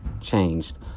Changed